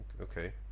okay